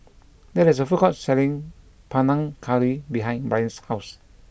there is a food court selling Panang Curry behind Bryant's house